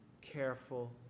careful